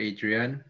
Adrian